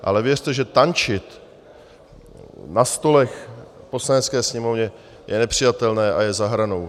Ale věřte, že tančit na stolech v Poslanecké sněmovně je nepřijatelné a je za hranou.